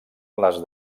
les